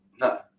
No